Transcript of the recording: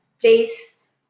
place